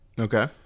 Okay